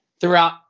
throughout